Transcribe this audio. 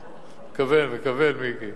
מקבל, מקבל, מיקי.